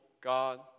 God